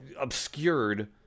obscured